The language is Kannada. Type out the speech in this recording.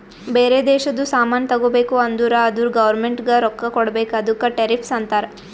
ಬೇರೆ ದೇಶದು ಸಾಮಾನ್ ತಗೋಬೇಕು ಅಂದುರ್ ಅದುರ್ ಗೌರ್ಮೆಂಟ್ಗ ರೊಕ್ಕಾ ಕೊಡ್ಬೇಕ ಅದುಕ್ಕ ಟೆರಿಫ್ಸ್ ಅಂತಾರ